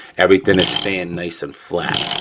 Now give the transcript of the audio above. everything is staying nice and flat.